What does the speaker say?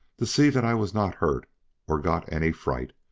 to see that i was not hurt or got any fright.